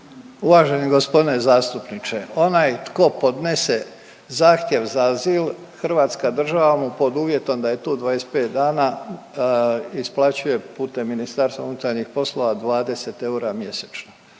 Uvaženi g. zastupniče. Onaj tko podnese zahtjev za azil, hrvatska država mu, pod uvjetom da je tu 25 dana isplaćuje putem MUP-a 20 eura mjesečno.